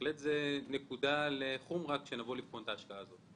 זו נקודה לחומרה כשנבוא לבחון את ההשקעה הזאת.